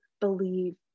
believe